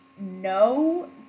no